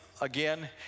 again